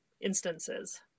instances